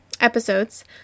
episodes